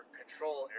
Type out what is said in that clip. control